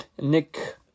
Nick